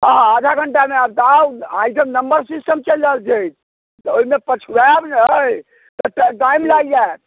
हँ हँ आधा घण्टामे आएब तऽ आउ एहिठाम नम्बर सिस्टम चलि रहल छै तऽ ओहिमे पछुआएब नहि तऽ टाइम लागि जाएत